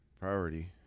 priority